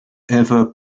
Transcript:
ever